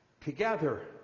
together